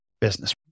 business